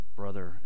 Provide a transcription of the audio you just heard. brother